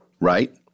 right